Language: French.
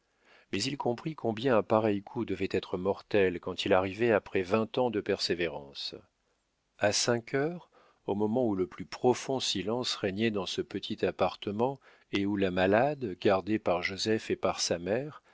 mais il comprit combien un pareil coup devait être mortel quand il arrivait après vingt ans de persévérance a cinq heures au moment où le plus profond silence régnait dans ce petit appartement et où la malade gardée par joseph et par sa mère